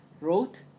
wrote